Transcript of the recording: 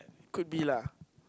could be lah